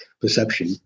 perception